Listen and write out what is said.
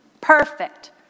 perfect